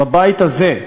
בבית הזה,